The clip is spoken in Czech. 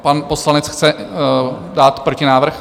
Pan poslanec chce dát protinávrh?